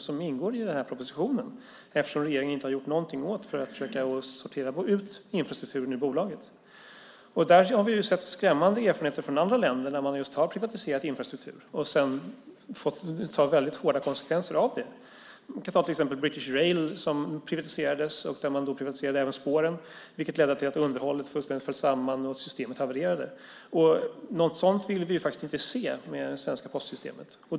Det ingår i propositionen eftersom regeringen inte gjort någonting för att försöka sortera ut infrastrukturen ur bolaget. Det finns skrämmande erfarenheter från andra länder när man privatiserat just infrastruktur. Det har medfört stora konsekvenser. Ett exempel är British Rail, som privatiserades. Man privatiserade även spåren, vilket ledde till att underhållet fullständigt föll samman och systemet havererade. Något sådant vill vi inte se hända med det svenska postsystemet.